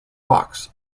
rocks